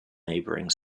neighbouring